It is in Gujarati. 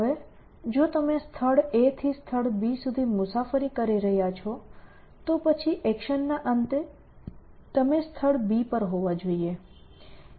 હવે જો તમે સ્થળ A થી સ્થળ B સુધી મુસાફરી કરી રહ્યાં છો તો પછી એક્શનના અંતે તમે સ્થળ B પર હોવા જોઈએ